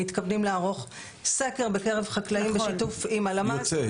מתכוונים לערוך סקר בקרב חקלאים בשיתוף עם הלמ"ס,